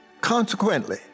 Consequently